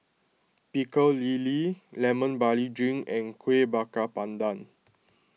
Pecel Lele Lemon Barley Drink and Kueh Bakar Pandan